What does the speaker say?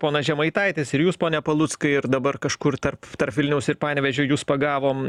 ponas žemaitaitis ir jūs pone paluckai ir dabar kažkur tarp vilniaus ir panevėžio jus pagavom